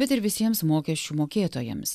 bet ir visiems mokesčių mokėtojams